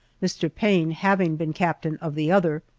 mr. payne having been captain of the other.